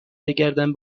بگردم